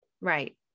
Right